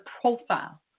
profile